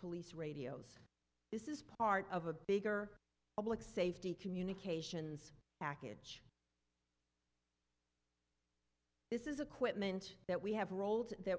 police radios this is part of a bigger public safety communications akhet this is a quick meant that we have rolled that